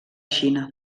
xina